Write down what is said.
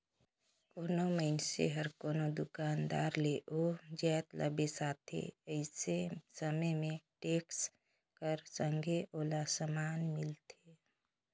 कोनो मइनसे हर कोनो दुकानदार ले ओ जाएत ल बेसाथे अइसे समे में टेक्स कर संघे ओला समान मिलथे